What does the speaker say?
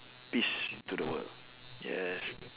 peace to the world yes